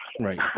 right